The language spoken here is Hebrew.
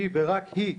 היא ורק היא,